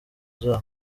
zawo